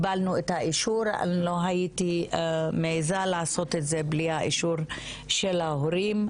אני לא הייתי מעיזה לעשות את זה בלי האישור של ההורים,